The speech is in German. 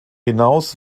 hinaus